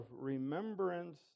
remembrance